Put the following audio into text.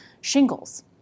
shingles